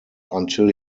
until